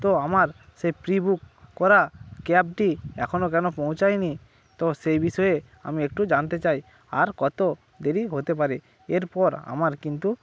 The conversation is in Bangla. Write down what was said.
তো আমার সেই প্রি বুক করা ক্যাবটি এখনও কেন পৌঁছায়নি তো সেই বিষয়ে আমি একটু জানতে চাই আর কত দেরি হতে পারে এরপর আমার কিন্তু